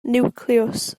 niwclews